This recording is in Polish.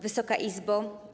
Wysoka Izbo!